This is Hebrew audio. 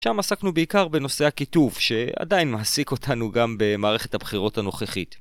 שם עסקנו בעיקר בנושא הכיתוב, שעדיין מעסיק אותנו גם במערכת הבחירות הנוכחית.